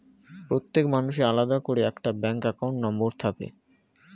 প্রত্যেক মানুষের আলাদা করে একটা ব্যাঙ্ক অ্যাকাউন্ট নম্বর থাকে